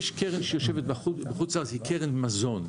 יש קרן שיושבת בחו"ל והיא קרן מזון,